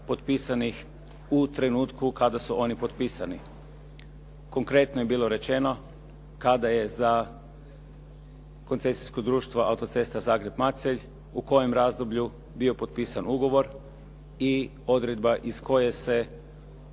potpisanih u trenutku kada su oni potpisani. Konkretno je bilo rečeno, kada je za koncesijsko društvo auto-cesta Zagreb-Macelj u kojem razdoblju bilo potpisan ugovor i odredba iz koje se